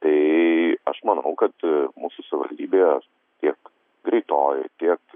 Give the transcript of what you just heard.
tai aš manau kad mūsų savivaldybės tiek greitoji tiek